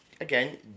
again